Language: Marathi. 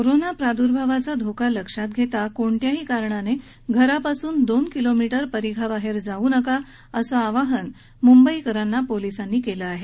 कोरोना प्रादूर्भावाचा धोका लक्षात घेता कोणत्याही कारणाने घरापासून दोन किलोमीटर परिघाबाहेर जाऊ नका असं आवाहन मुंबई पोलिसांनी नागरिकांना केलं आहे